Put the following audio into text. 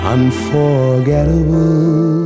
Unforgettable